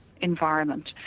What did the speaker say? environment